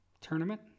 tournament